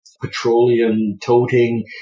petroleum-toting